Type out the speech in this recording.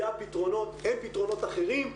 זה הפתרונות, אין פתרונות אחרים.